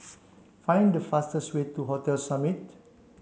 find the fastest way to Hotel Summit